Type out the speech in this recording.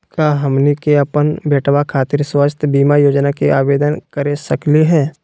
का हमनी के अपन बेटवा खातिर स्वास्थ्य बीमा योजना के आवेदन करे सकली हे?